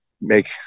make